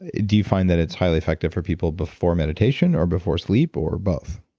ah do you find that it's highly effective for people before meditation or before sleep or both?